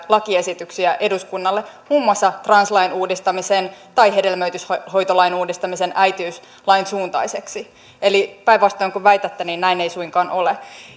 lakiesityksiä eduskunnalle muun muassa translain uudistamisen tai hedelmöityshoitolain uudistamisen äitiyslain suuntaiseksi eli päinvastoin kuin väitätte niin näin ei suinkaan ole